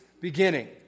beginning